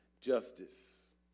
justice